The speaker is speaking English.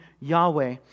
Yahweh